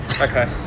Okay